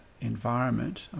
environment